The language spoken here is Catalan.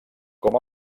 com